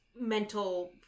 mental